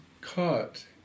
caught